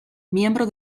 miembro